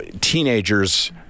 teenagers